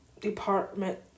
Department